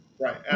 Right